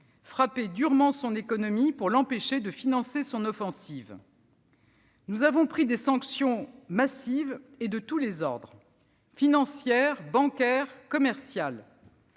frapper durement son économie pour l'empêcher de financer son offensive. Nous avons pris des sanctions massives et de tous ordres : financières, bancaires, commerciales,